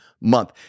month